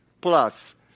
plus